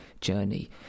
journey